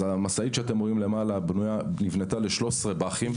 המשאית שאתם רואים בשקף למעלה נבנתה עבור 13 בא"חים,